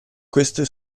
queste